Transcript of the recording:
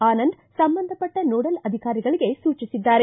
ಆನಂದ್ ಸಂಬಂಧಪಟ್ಟ ನೋಡಲ್ ಅಧಿಕಾರಿಗಳಿಗೆ ಸೂಚಿಸಿದ್ದಾರೆ